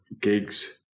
gigs